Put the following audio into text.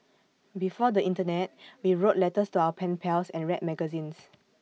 before the Internet we wrote letters to our pen pals and read magazines